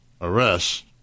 arrest